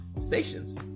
Stations